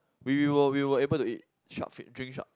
we were we were able to eat sharkfin drink shark